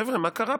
חבר'ה, מה קרה פה?